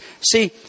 See